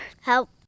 help